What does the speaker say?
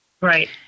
Right